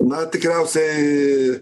na tikriausiai